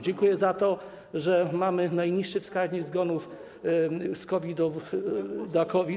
Dziękuję za to, że mamy najniższy wskaźnik zgonów z powodu COVID-u.